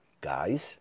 guys